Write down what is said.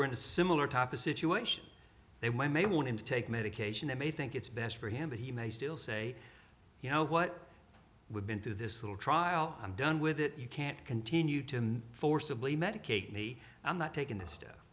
we're in a similar type a situation they when they want him to take medication they may think it's best for him but he may still say you know what we've been through this whole trial i'm done with it you can't continue to forcibly medicate me i'm not taking the stuff